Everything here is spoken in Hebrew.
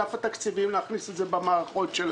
גם את התהליך של אגף התקציבים להכניס את זה במערכות שלהם.